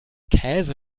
käse